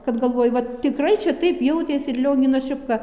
kad galvoju va tikrai čia taip jautėsi ir lionginas šepka